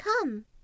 come